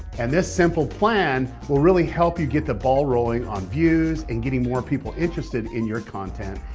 and this simple plan will really help you get the ball rolling on views and getting more people interested in your content,